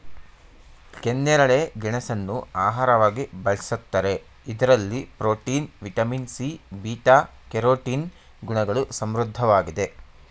ಕೆನ್ನೇರಳೆ ಗೆಣಸನ್ನು ಆಹಾರವಾಗಿ ಬಳ್ಸತ್ತರೆ ಇದರಲ್ಲಿ protein, vitamin C, beta carotene ಗುಣಗಳು ಸಮೃದ್ಧವಾಗಿದೆ